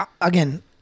Again